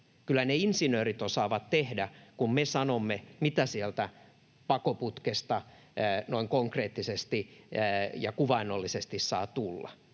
Kyllä ne insinöörit osaavat tehdä, kun me sanomme, mitä sieltä pakoputkesta noin konkreettisesti ja kuvainnollisesti saa tulla.